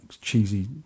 cheesy